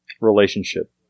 relationship